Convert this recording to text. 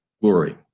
glory